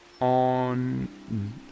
on